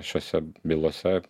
šiose bylose